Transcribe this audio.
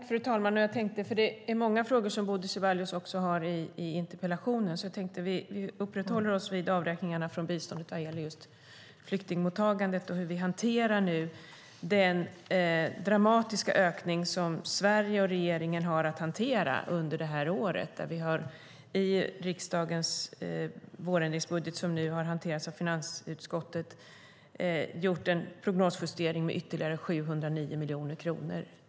Fru talman! Det är många frågor, men jag tycker att vi ska uppehålla oss vid avräkningarna från biståndet vad gäller flyktingmottagandet och den dramatiska ökning av flyktingar som Sverige och regeringen har att hantera under det här året. Vi har i vårbudgeten, som nu hanteras i finansutskottet, gjort en prognosjustering med ytterligare 709 miljoner kronor.